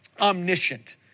omniscient